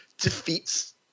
defeats